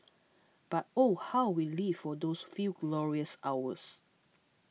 but oh how we lived for those few glorious hours